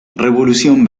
revolución